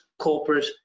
corporate